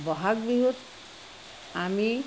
বহাগ বিহুত আমি